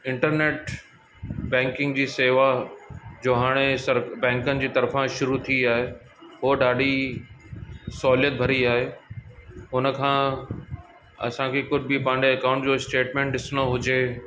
internet banking जी शेवा जो हाणे सर बैंकनि जी तर्फ़ा शुरू थी आहे उहो ॾाढी सहुलियत भरी आहे उन खां असांखे कुझु बि पंहिंजे अकाउंट जो स्टेटमेंट ॾिसिणो हुजे